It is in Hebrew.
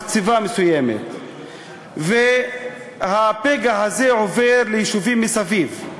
מחצבה מסוימת, והפגע הזה עובר ליישובים מסביב.